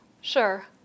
Sure